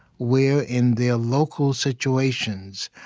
where in their local situations,